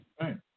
Right